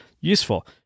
useful